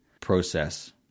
process